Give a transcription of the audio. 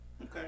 okay